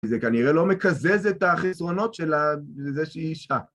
זה כנראה לא מקזז את החסרונות של ה... זה שהיא אישה.